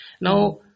Now